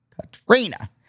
Katrina